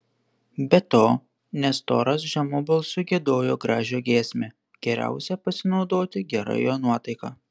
be to nestoras žemu balsu giedojo gražią giesmę geriausia pasinaudoti gera jo nuotaika